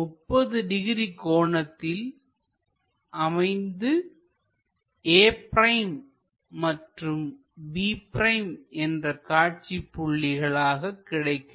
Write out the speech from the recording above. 30 degree கோணத்தில் அமைந்து a' மற்றும் b' என்ற காட்சி புள்ளிகளாக கிடைக்கும்